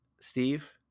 steve